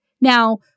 Now